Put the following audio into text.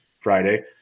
Friday